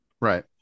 Right